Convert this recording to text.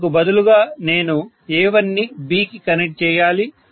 అందుకు బదులుగా నేను A1 ని B కి కనెక్ట్ చేయాలి